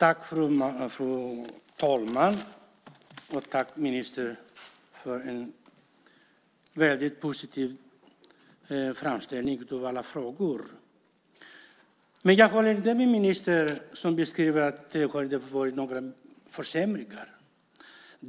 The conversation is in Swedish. Fru talman! Tack för en väldigt positiv framställning av alla frågor, ministern. Jag hörde inte ministern beskriva att det har varit några försämringar.